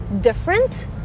different